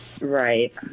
Right